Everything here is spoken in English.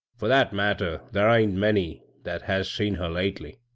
for that matter, thar ain't many that has seen her lately.